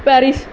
Paris